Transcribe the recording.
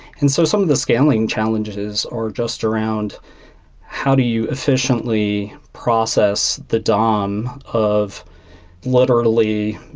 and so some of the scaling challenges are just around how do you efficiently process the dom of literally